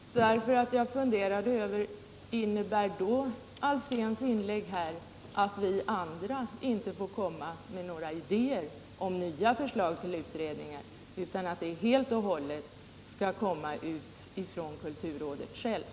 Jag började fundera över om herr 33 Alséns inlägg innebär att vi andra inte får komma med några idéer om nya utredningar utan att detta helt och hållet skall komma från kulturrådet självt.